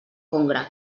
congre